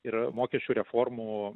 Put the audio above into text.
ir mokesčių reformų